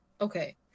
okay